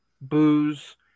booze